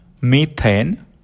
Methane